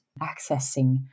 accessing